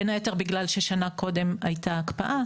בין היתר בגלל ששנה קודם הייתה הקפאה,